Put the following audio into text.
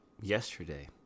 Yesterday